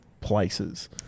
places